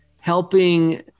helping